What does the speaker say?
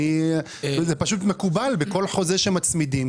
זה פשוט מקובל בכל חוזה שמצמידים,